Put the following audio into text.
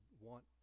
want